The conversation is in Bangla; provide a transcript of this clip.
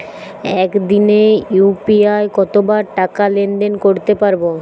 একদিনে ইউ.পি.আই কতবার টাকা লেনদেন করতে পারব?